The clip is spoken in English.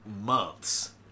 months